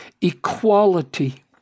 equality